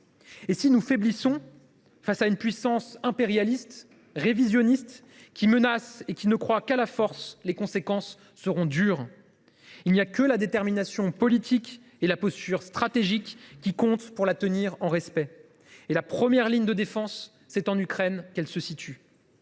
Si nous faiblissons face à cette puissance impérialiste et révisionniste, les conséquences seront dures. Il n’y a que la détermination politique et la posture stratégique qui comptent, pour la tenir en respect. Et la première ligne de défense, c’est en Ukraine qu’elle se situe.